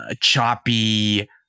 choppy